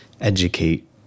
educate